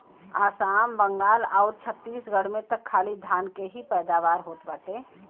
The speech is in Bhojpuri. आसाम, बंगाल आउर छतीसगढ़ में त खाली धान के ही पैदावार होत बाटे